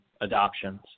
adoptions